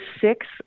six